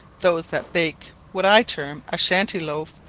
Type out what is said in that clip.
those that bake what i term a shanty loaf,